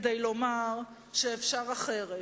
כדי לומר שאפשר אחרת,